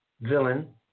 villain